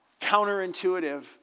Counterintuitive